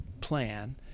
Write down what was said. plan